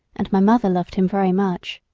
and my mother loved him very much.